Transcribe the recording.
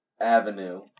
avenue